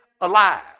alive